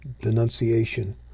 denunciation